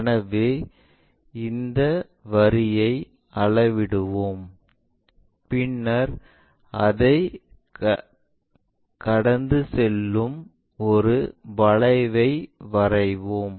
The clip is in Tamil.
எனவே இந்த வரியை அளவிடுவோம் பின் அதைக் கடந்து செல்லும் ஒரு வளைவை வரைவோம்